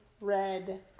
red